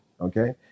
Okay